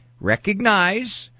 recognize